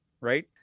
Right